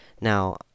Now